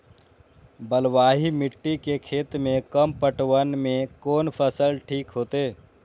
बलवाही मिट्टी के खेत में कम पटवन में कोन फसल ठीक होते?